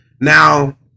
Now